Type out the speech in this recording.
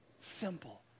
simple